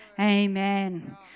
Amen